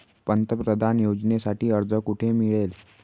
पंतप्रधान योजनेसाठी अर्ज कुठे मिळेल?